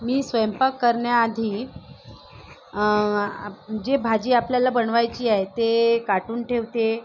मी स्वयंपाक करण्याआधी जे भाजी आपल्याला बनवायची ते काटून ठेवते